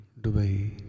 Dubai